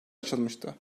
açılmıştı